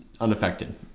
unaffected